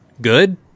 good